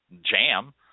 jam